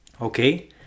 okay